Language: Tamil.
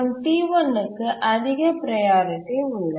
T1 க்கு அதிக ப்ரையாரிட்டி உள்ளது